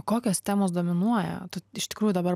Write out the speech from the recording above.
kokios temos dominuoja tu iš tikrųjų dabar